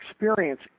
experience